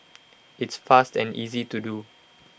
it's fast and easy to do